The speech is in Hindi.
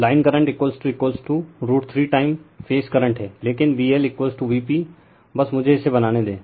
line current √ 3 time phase current हैं लेकिन VLVp रिफर टाइम 1503 बस मुझे इसे बनाने दें